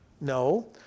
No